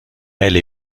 elle